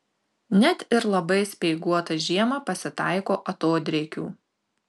net ir labai speiguotą žiemą pasitaiko atodrėkių